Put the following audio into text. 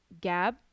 gab